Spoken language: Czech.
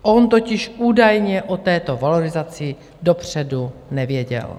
On totiž údajně o této valorizace dopředu nevěděl.